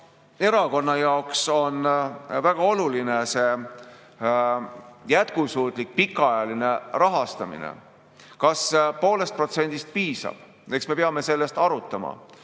Erakonna jaoks on väga oluline see jätkusuutlik pikaajaline rahastamine. Kas poolest protsendist piisab? Eks me peame seda arutama.